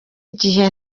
igihe